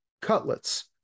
Cutlets